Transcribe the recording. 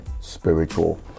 spiritual